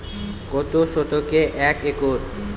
কত শতকে এক একর?